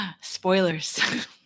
Spoilers